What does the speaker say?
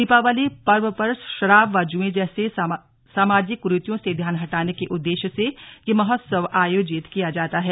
दीपावली पर्व पर शराब व जुए जैसी सामाजिक कुरीतियों से ध्यान हटाने के उद्देश्य से यह महोत्सव आयोजित किया जाता है